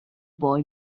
boy